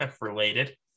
related